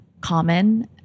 common